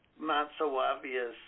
not-so-obvious